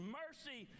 mercy